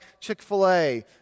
Chick-fil-A